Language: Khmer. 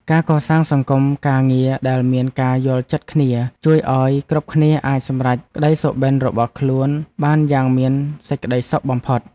ការកសាងសង្គមការងារដែលមានការយល់ចិត្តគ្នាជួយឱ្យគ្រប់គ្នាអាចសម្រេចក្តីសុបិនរបស់ខ្លួនបានយ៉ាងមានសេចក្តីសុខបំផុត។